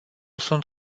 sunt